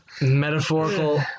metaphorical